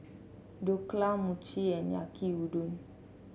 Dhokla Mochi and Yaki Udon